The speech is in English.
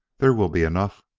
there will be enough